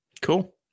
cool